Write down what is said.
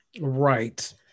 Right